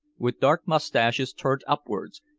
with dark mustaches turned upwards,